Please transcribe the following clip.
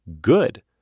Good